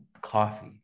coffee